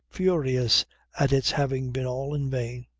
furious at its having been all in vain.